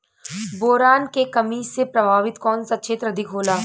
Boron के कमी से प्रभावित कौन सा क्षेत्र अधिक होला?